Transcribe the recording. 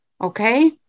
Okay